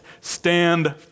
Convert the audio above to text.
Stand